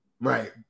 Right